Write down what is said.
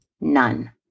None